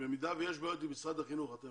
במידה שיש בעיות עם משרד החינוך אתם